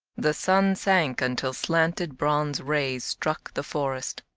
the sun sank until slanted bronze rays struck the forest.